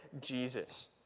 Jesus